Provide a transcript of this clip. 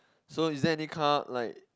so is there any car like